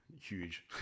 huge